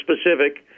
specific